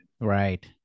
right